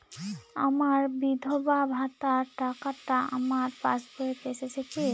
আমার বিধবা ভাতার টাকাটা আমার পাসবইতে এসেছে কি?